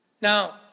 Now